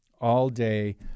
all-day